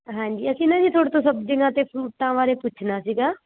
ਹਾਂਜੀ ਅਸੀਂ ਨਾ ਜੀ ਤੁਹਾਡੇ ਤੋਂ ਸਬਜ਼ੀਆਂ ਅਤੇ ਫਰੂਟਾਂ ਬਾਰੇ ਪੁੱਛਣਾ ਸੀਗਾ